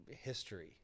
history